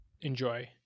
enjoy